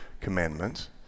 commandments